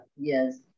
yes